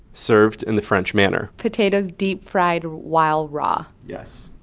served in the french manner potatoes deep-fried while raw? yes.